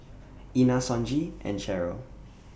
Ina Sonji and Sheryl